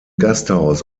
gasthaus